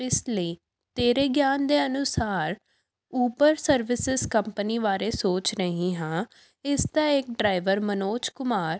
ਇਸ ਲਈ ਤੇਰੇ ਗਿਆਨ ਦੇ ਅਨੁਸਾਰ ਉਬਰ ਸਰਵਿਸਸ ਕੰਪਨੀ ਬਾਰੇ ਸੋਚ ਰਹੀਂ ਹਾਂ ਇਸ ਦਾ ਇੱਕ ਡਰਾਈਵਰ ਮਨੋਜ ਕੁਮਾਰ